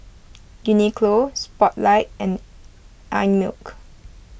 Uniqlo Spotlight and Einmilk